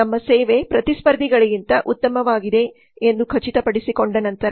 ನಮ್ಮ ಸೇವೆ ಪ್ರತಿಸ್ಪರ್ಧಿಗಳಿಗಿಂತ ಉತ್ತಮವಾಗಿದೆ ಎಂದು ಖಚಿತಪಡಿಸಿಕೊಂಡ ನಂತರ